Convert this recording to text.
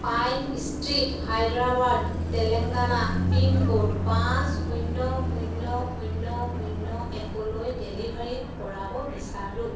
pine Street Hyderabad Telangana pincode পাঁচ শূন্য শূন্য শূন্য শূন্য একলৈ ডেলিভাৰী কৰাব বিচাৰোঁ